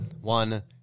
One